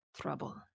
trouble